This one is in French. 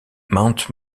mount